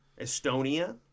Estonia